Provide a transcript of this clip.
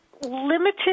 limited